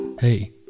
Hey